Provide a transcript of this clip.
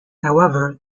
however